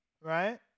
right